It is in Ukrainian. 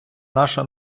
наша